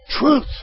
Truth